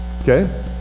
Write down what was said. okay